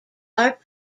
are